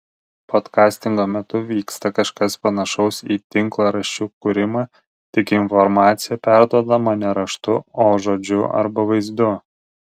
podkastingo metu vyksta kažkas panašaus į tinklaraščių kūrimą tik informacija perduodama ne raštu o žodžiu arba vaizdu